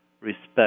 respect